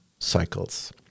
cycles